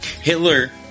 Hitler